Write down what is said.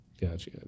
gotcha